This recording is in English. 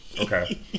Okay